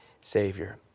Savior